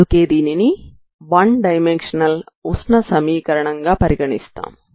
అందుకే దీనిని one dimensional ఉష్ణ సమీకరణం గా పరిగణిస్తాము